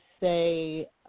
say